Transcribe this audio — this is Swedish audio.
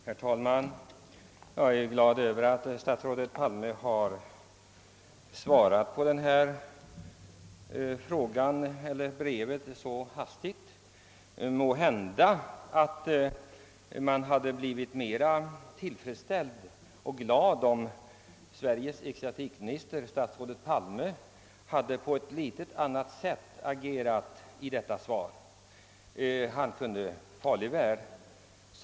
Herr talman! Jag är glad över att statsrådet Palme har svarat på vårt brev så snabbt och här i kammaren. Måhända hade man dock blivit mera tillfredsställd och glad om Sveriges ecklesiastikminister, statsrådet Palme, på ett annat sätt gett uttryck åt sin uppfattning.